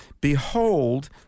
Behold